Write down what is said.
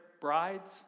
brides